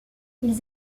ils